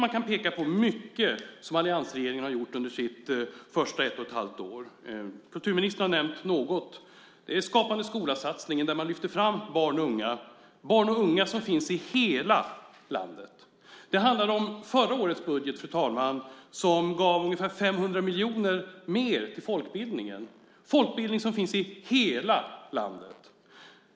Man kan peka på mycket som alliansregeringen har gjort under sina första ett och ett halvt år. Kulturministern har nämnt något. Det är satsningen på Skapande skola där man lyfte fram barn och unga som finns i hela landet. Förra årets budget gav ungefär 500 miljoner mer till folkbildningen som finns i hela landet.